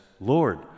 Lord